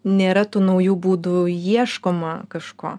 nėra tų naujų būdų ieškoma kažko